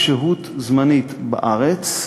עם שהות זמנית בארץ.